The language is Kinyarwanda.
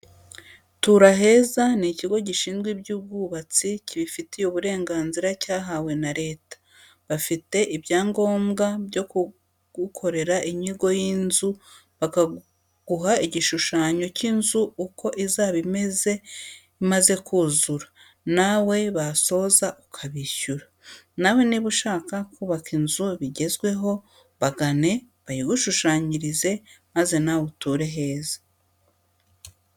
Tura heza ni ikigo gishinzwe iby'ubwubatsi kibifitiye uburenganzira cyahawe na leta, bafite ibyangombwa byo kugukorera inyigo y'inzu bakaguha igishushanyo cy'iyo nzu uko izaba imeze imaze kuzura, nawe basoza ukabishyura. Nawe niba ushaka kubaka inzu bigezweho bagane bayigushushanyirize, maze nawe uture heza.